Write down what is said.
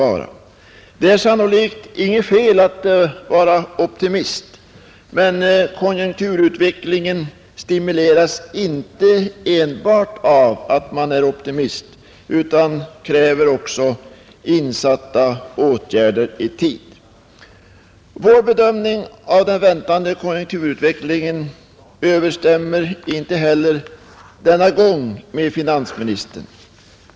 Det är sannolikt inget fel att vara optimist, men konjunkturutvecklingen stimuleras inte enbart av att man är optimist utan kräver också i tid insatta åtgärder. Vår bedömning av den väntade konjunkturutvecklingen överensstämmer inte heller denna gång med finansministerns.